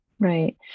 Right